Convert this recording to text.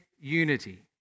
unity